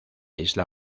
isla